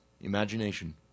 imagination